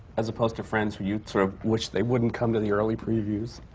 as opposed to friends who you sort of wish they wouldn't come to the early previews.